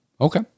okay